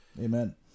Amen